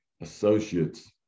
associates